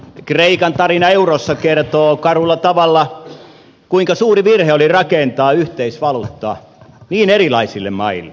kreikan tarina eurossa kertoo karulla tavalla kuinka suuri virhe oli rakentaa yhteisvaluutta niin erilaisille maille